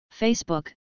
Facebook